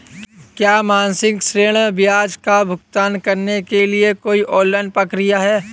क्या मासिक ऋण ब्याज का भुगतान करने के लिए कोई ऑनलाइन प्रक्रिया है?